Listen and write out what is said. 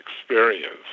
experience